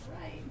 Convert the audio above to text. Right